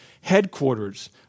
headquarters